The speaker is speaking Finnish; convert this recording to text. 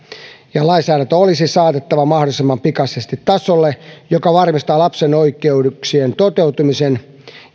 ja lainsäädäntö olisi saatettava mahdollisimman pikaisesti tasolle joka varmistaa lapsen oikeuksien toteutumisen